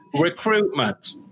recruitment